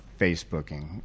facebooking